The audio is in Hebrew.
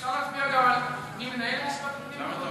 אפשר להצביע גם על מי מנהל את הישיבה באותו דיון?